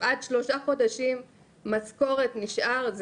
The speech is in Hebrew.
עד שלושה חודשים משכורת נשאר,